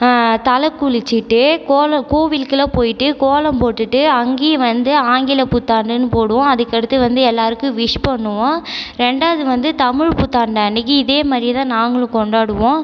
தலை குளிச்சுட்டு கோலம் கோவிலுக்குலாம் போயிட்டு கோலம் போட்டுட்டு அங்கேயும் வந்து ஆங்கில புத்தாண்டுன்னு போடுவோம் அதுக்கு அடுத்து வந்து எல்லோருக்கும் விஷ் பண்ணுவோம் ரெண்டாவது வந்து தமிழ் புத்தாண்டு அன்றைக்கி இதேமாதிரியே தான் நாங்களும் கொண்டாடுவோம்